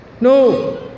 No